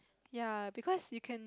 ya because you can